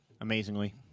Amazingly